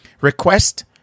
request